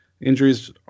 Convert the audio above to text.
injuries